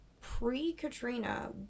pre-Katrina